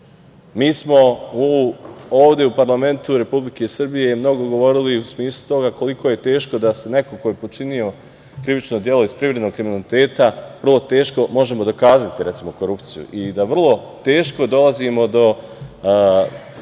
smo ovde u parlamentu Republike Srbije mnogo govorili u smislu toga koliko je teško da se neko ko je počinio krivično delo iz privrednog kriminaliteta vrlo teško možemo dokazati, recimo, korupciju i da vrlo teško dolazimo do